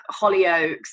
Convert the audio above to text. Hollyoaks